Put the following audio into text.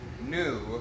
new